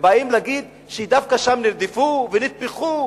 ובאים להגיד שדווקא שם נרדפו ונטבחו,